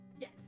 Yes